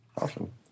Awesome